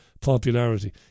popularity